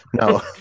No